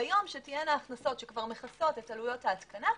ביום שתהיינה הכנסות שמכסות את עלויות ההתקנה,